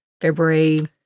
February